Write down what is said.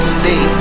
see